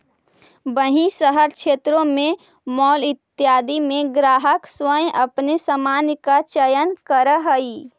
वहीं शहरी क्षेत्रों में मॉल इत्यादि में ग्राहक स्वयं अपने सामान का चयन करअ हई